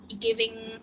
giving